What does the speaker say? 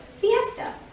fiesta